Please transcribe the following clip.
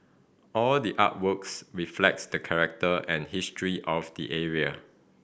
all the artworks reflects the character and history of the area